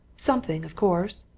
something, of course.